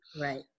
Right